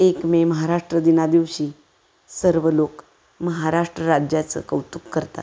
एक मे महाराष्ट्र दिनादिवशी सर्व लोक महाराष्ट्र राज्याचं कौतुक करतात